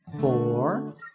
four